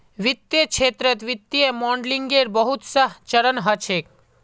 वित्तीय क्षेत्रत वित्तीय मॉडलिंगेर बहुत स चरण ह छेक